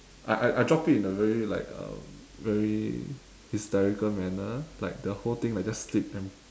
I I I dropped it in a very like um very hysterical manner like the whole thing like just slipped and